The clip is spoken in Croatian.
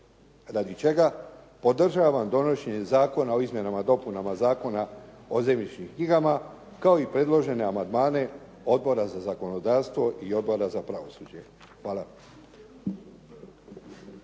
radi čega podržavam donošenje Zakona o izmjenama i dopunama Zakona o zemljišnim knjigama, kao i predložene amandmane Odbora za zakonodavstvo i Odbora za pravosuđe. Hvala.